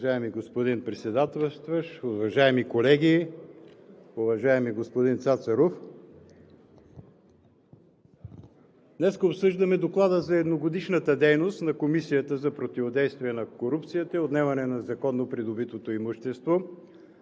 Уважаеми господин Председателстващ, уважаеми колеги, уважаеми господин Цацаров! Днес обсъждаме Доклада за едногодишната дейност на Комисията за противодействие на корупцията и отнемане на незаконно придобитото имущество